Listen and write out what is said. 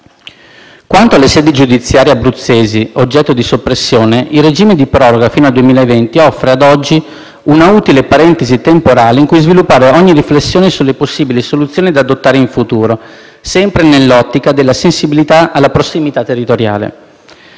Quanto alle sedi giudiziarie abruzzesi oggetto di soppressione, il regime di proroga fino al 2020 offre, ad oggi, una utile parentesi temporale in cui sviluppare ogni riflessione sulle possibili soluzioni da adottare in futuro, sempre nell'ottica della sensibilità alla prossimità territoriale.